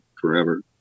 forever